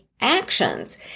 actions